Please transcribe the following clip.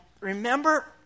remember